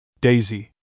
Daisy